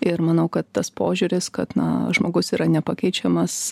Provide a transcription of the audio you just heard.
ir manau kad tas požiūris kad na žmogus yra nepakeičiamas